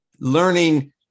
learning